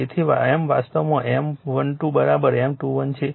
તેથી M વાસ્તવમાં M12 M21 છે